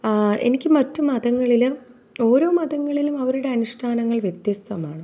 എനിക്ക് മറ്റ് മതങ്ങളിലും ഓരോ മതങ്ങളിലും അവരുടെ അനുഷ്ഠാനങ്ങൾ വ്യത്യസ്തമാണ്